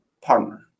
partner